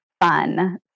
fun